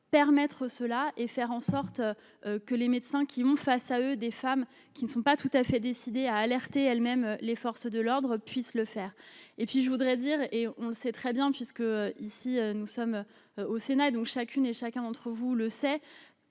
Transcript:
permettre cela, et faire en sorte que les médecins qui ont face à eux des femmes qui ne sont pas tout à fait décidés à alerter elle-même les forces de l'ordre puissent le faire, et puis je voudrais dire, et on sait très bien, puisque ici nous sommes au sénat dont chacune et chacun d'entre vous le sait,